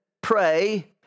pray